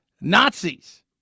Nazis